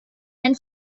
and